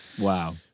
Wow